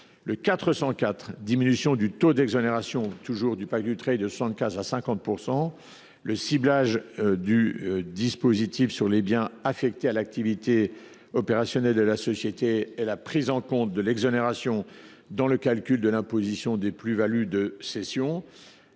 vise à diminuer le taux d’exonération du pacte Dutreil de 75 % à 50 %, à cibler le dispositif sur les biens affectés à l’activité opérationnelle de la société et à prendre en compte l’exonération dans le calcul de l’imposition des plus values de cession.